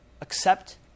accept